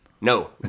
No